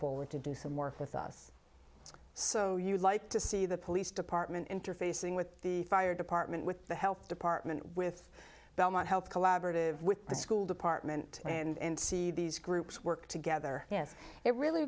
forward to do some work with us so you would like to see the police department interfacing with the fire department with the health department with belmont health collaborative with the school department and see these groups work together yes it really